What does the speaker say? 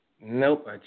Nope